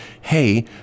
hey